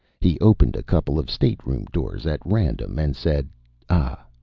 he opened a couple of stateroom doors at random and said ah,